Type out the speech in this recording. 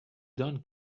done